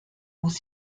muss